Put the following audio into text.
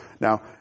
Now